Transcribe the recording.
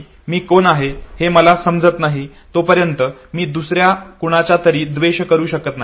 मी कोण आहे हे मला समजत नाही तोपर्यंत मी दुसर्या कुणाचातरी द्वेष करू शकत नाही